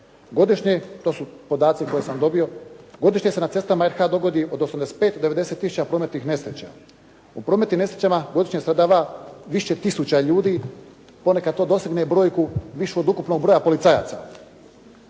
Godišnje, to su podaci koje sam dobio, godišnje se na cestama RH od 85 do 90 tisuća prometnih nesreća. O prometnim nesrećama godišnje stradava više tisuća ljudi, ponekad to dosegne brojku višu od ukupnog broja policajaca.